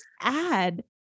add